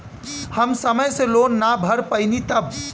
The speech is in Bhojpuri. हम समय से लोन ना भर पईनी तब?